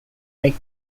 make